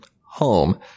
home